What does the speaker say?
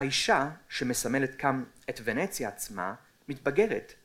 ‫האישה שמסמלת כאן את ונציה עצמה ‫מתבגרת.